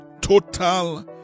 total